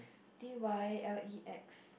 D_Y_L_E_X